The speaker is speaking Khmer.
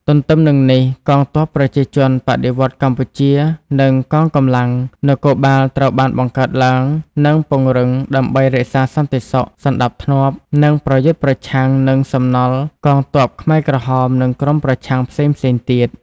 ទទ្ទឹមនឹងនេះ កងទ័ពប្រជាជនបដិវត្តន៍កម្ពុជា និងកងកម្លាំងនគរបាលត្រូវបានបង្កើតឡើង និងពង្រឹង ដើម្បីរក្សាសន្តិសុខ សណ្ដាប់ធ្នាប់ និងប្រយុទ្ធប្រឆាំងនឹងសំណល់កងទ័ពខ្មែរក្រហម និងក្រុមប្រឆាំងផ្សេងៗទៀត។